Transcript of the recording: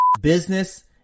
business